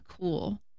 cool